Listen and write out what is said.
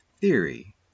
theory